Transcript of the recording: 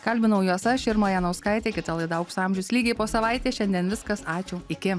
kalbinau juos aš irma janauskaitė kita laida aukso amžius lygiai po savaitės šiandien viskas ačiū iki